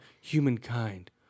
humankind